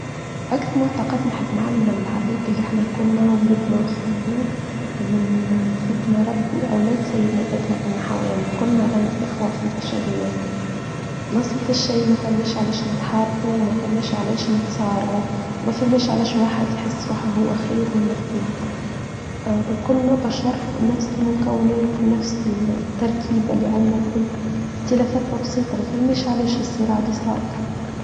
أكثر معتقد نحب نعلم من العباد اللي إحنا كنا ولدنا وخلقنا من خلقنا ربي أولاد سيدنا آدم ومن حواء يعني كنا إخوة في البشريات الأصل في الشيء ما فماش علاش نتحاربه وما فماش علاش نتصارعه وما فماش علاش واحد يحس روحه هو أخير من الأخوين كنا بشر نفس المكونات ونفس التركيبة اللي عنا كل اختلافات مبسيطة ما فماش علاش الصراع لي صار.